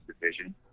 division